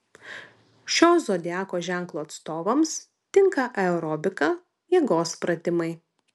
šio zodiako ženklo atstovams tinka aerobika jėgos pratimai